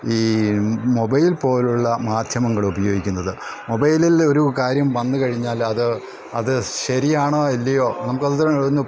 ഈ മൊബൈൽ പോലുള്ള മാധ്യമങ്ങളുപയോഗിക്കുന്നത് മൊബൈലിൽ ഒരു കാര്യം വന്നുകഴിഞ്ഞാലത് അത് ശരിയാണോ അല്ലയോ നമുക്കത് അതൊന്ന്